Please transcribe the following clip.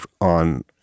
on